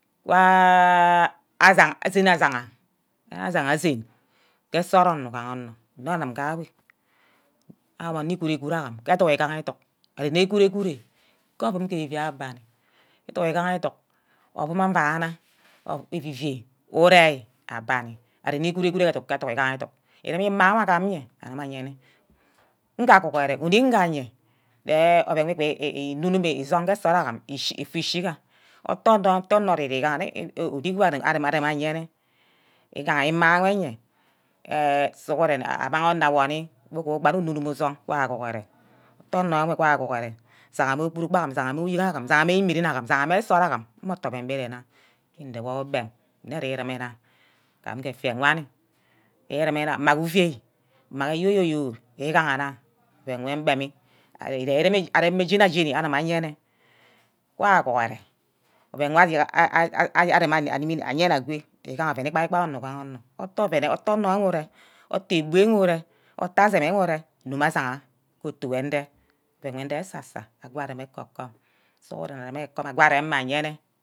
asang sen asangha, asangha sen ke nsort onor ugaha onor nne anim ga weh awor onor igbu-uburu agam ke eduk igaha edunk ke ovam, ke evivai agbanni edunk igaha educk, ovum mviana evivai, urai abanni, remi iguru-guru edunk iremi ima wor agam iyeah arem ayene nga guhure unick nga aye je oven inuk mme isong ke nsort am ifu shiga arem ayenne igaha ima wor ye eh sughuren amang onor aworni kuku ugbanne unimi isong wan aguhure nton onor wan aguhure saghamme ogbo-buram, saghamme uyen agim, saghamme imeren agim saghame nsort agim mme utu oven mbe ere-nna ke ndewor ogbem nne jereme nna je offia wani, je urume nna mma guvai, mma ke yoyo-yoyo, jegaha nna mme oven wor mgbe ari reme mme jene jene ayene wa guhure oven wor aremi animi agwe oven ivi gahe igbai-igbai onor igaha wor, otor unor wor ure, otte egbi wor ure, otta asin ure nume ashigha otu wey nde meh ovun wey ndege esa-sa ago areme eko-kom sughuren ereme ekom ego areme ayene.